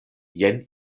jen